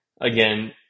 Again